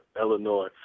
Illinois